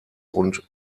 und